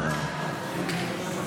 בבקשה.